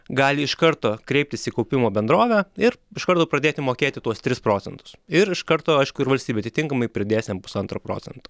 gali iš karto kreiptis į kaupimo bendrovę ir iš karto pradėti mokėti tuos tris procentus ir iš karto aišku ir valstybė atitinkamai pridės jam pusantro procento